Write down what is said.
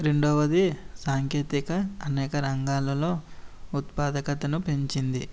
రెండవది సాంకేతిక అనేక రంగాలలో ఉత్పాదకతను పెంచింది